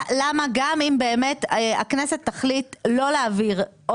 למה גם אם באמת הכנסת תחליט לא להעביר,